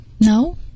No